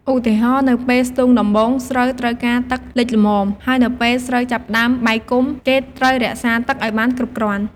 ឧទាហរណ៍ នៅពេលស្ទូងដំបូង ស្រូវត្រូវការទឹកលិចល្មម ហើយនៅពេលស្រូវចាប់ផ្ដើមបែកគុម្ព គេត្រូវរក្សាទឹកឱ្យបានគ្រប់គ្រាន់។